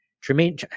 Tremaine